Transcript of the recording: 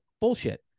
Bullshit